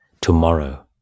Tomorrow